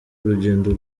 urugendo